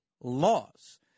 laws